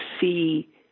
see